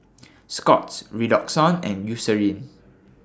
Scott's Redoxon and Eucerin